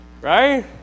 Right